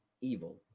evil